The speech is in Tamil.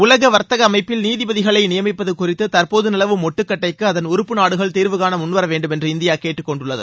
உலக வா்த்தக அமைப்பில் நீதிபதிகளை நியமிப்பது குறித்து தற்போது நிலவும் முட்டுக்கட்டைக்கு அதன் உறுப்பு நாடுகள் தீர்வுகாண முன்வர வேண்டும் என்று இந்தியா கேட்டுக்கொண்டுள்ளது